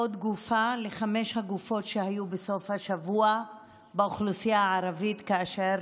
עוד גופה לחמש הגופות שהיו בסוף השבוע באוכלוסייה הערבית כאשר